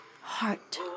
heart